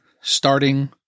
starting